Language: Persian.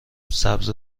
سبز